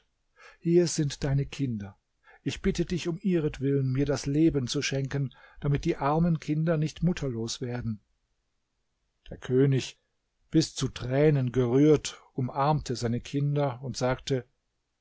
hier sind deine kinder ich bitte dich um ihretwillen mir das leben zu schenken damit die armen kinder nicht mutterlos werden der könig bis zu tränen gerührt umarmte seine kinder und sagte